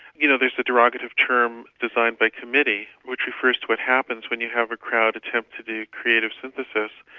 you know there's the derogative term designed by committee which refers to what happens when you have a crowd attempt to be creative synthesis.